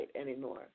anymore